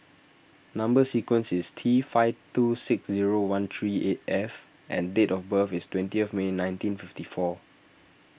Number Sequence is T five two six zero one three eight F and date of birth is twenty May nineteen fifty four